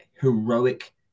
heroic